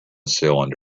cylinder